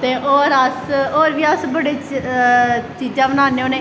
ते होर अस होर बी बड़े अस चीजां बनान्ने